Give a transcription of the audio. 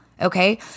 Okay